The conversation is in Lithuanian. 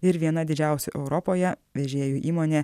ir viena didžiausių europoje vežėjų įmonė